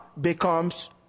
becomes